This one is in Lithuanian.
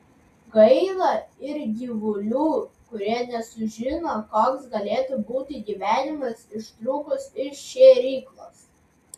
gaila ir gyvulių kurie nesužino koks galėtų būti gyvenimas ištrūkus iš šėryklos